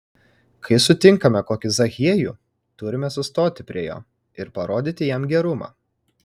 kai sutinkame kokį zachiejų turime sustoti prie jo ir parodyti jam gerumą